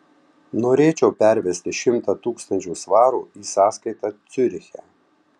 norėčiau pervesti šimtą tūkstančių svarų į sąskaitą ciuriche